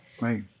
Right